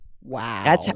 Wow